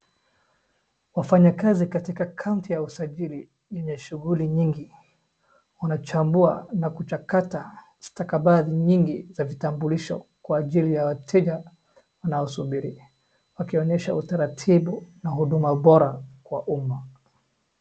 Wafanyikazi katika kaunti ya usajili yenye shughuli nyingi wanachambua na kuchakata stakabadhi nyingi za vitambulisho kwa ajili ya wateja wanaosubiri, wakionyesha utaratibu na huduma bora kwa umma.